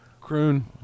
croon